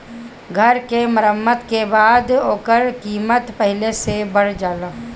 घर के मरम्मत के बाद ओकर कीमत पहिले से बढ़ जाला